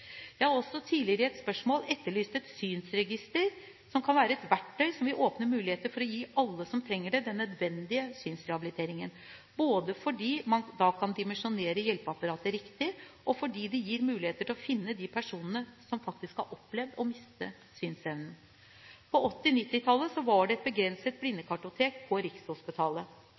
Jeg har også tidligere i et spørsmål etterlyst et synsregister, som kan være et verktøy som vil åpne muligheter for å gi alle som trenger det, den nødvendige synsrehabiliteringen – både fordi man da kan dimensjonere hjelpeapparatet riktig og fordi det gir muligheter til å finne de personene som faktisk har opplevd å miste synsevnen. På 1980- og 1990-tallet var det et begrenset blindekartotek på Rikshospitalet,